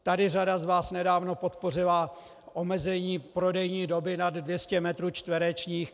Tady řada z vás nedávno podpořila omezení prodejní doby nad 200 metrů čtverečních.